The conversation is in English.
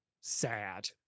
sad